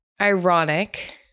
ironic